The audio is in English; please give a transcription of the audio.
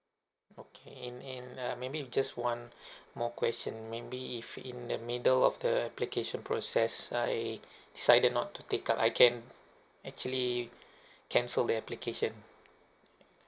okay and and uh maybe just one more question maybe if in the middle of the application process I decided not to take up I can actually cancel the application